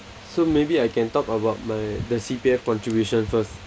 so maybe I can talk about my the C_P_F contribution first